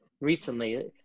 recently